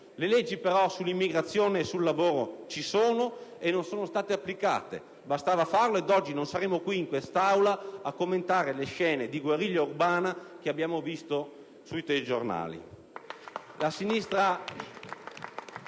Le leggi sull'immigrazione e sul lavoro esistono, ma non sono state applicate; bastava farlo ed oggi non saremmo qui, in quest'Aula, a commentare le scene di guerriglia urbana che abbiamo visto sui telegiornali.